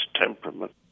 temperament